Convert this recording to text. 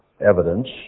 evidence